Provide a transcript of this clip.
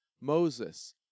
Moses